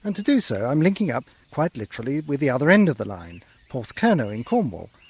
and to do so i'm linking up, quite literally, with the other end of the line, porthcurno in cornwall,